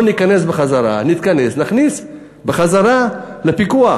ניכנס בחזרה, נתכנס, נכניס בחזרה לפיקוח.